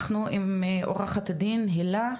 אנחנו עכשיו עם עורכת הדין הילה נויבך.